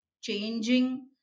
changing